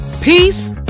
peace